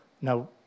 Now